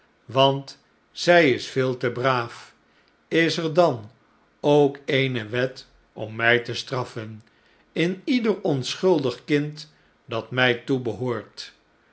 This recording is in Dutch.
want zij is veel te braaf is er dan ook eene wet om mij te straffen in ieder onschuldig kind dat mij